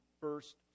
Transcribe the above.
first